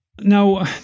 Now